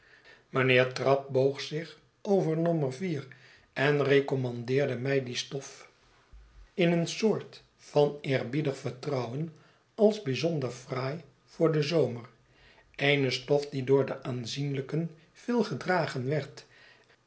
mynheer trabb boog zich over nommer vier en recommandeerde mij die stof van eerbiedig vertrouwen als bijzonder fraai voor den zomer eene stof die door de aanzienlijken veel gedragen werd